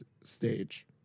stage